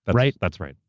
but right? that's right.